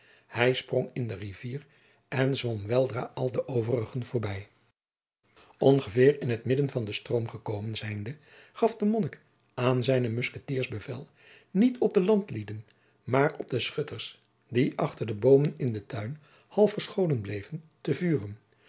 hij sprong in de rivier en zwom weldra al de overigen voorbij ongeveer in t midden van den stroom gekomen zijnde gaf de monnik aan zijne muskettiers bevel niet op de landlieden maar op de schutters die achter de boomen in den tuin half verscholen bleven te vuren